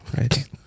right